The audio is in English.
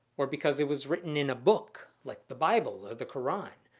or because it was written in a book, like the bible or the qur'an.